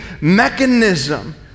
mechanism